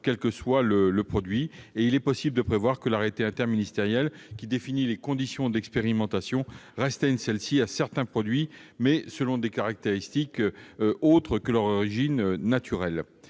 quel que soit le produit. Il est possible de prévoir que l'arrêté interministériel qui définira les conditions d'expérimentation restreigne celles-ci à certains produits, mais selon des caractéristiques autres que leur origine naturelle.